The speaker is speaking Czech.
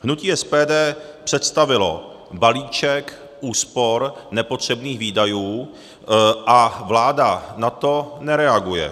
Hnutí SPD představilo balíček úspor nepotřebných výdajů a vláda na to nereaguje.